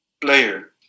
Player